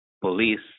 police